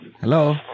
Hello